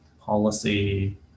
policy